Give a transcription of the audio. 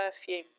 perfume